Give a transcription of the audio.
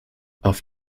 auf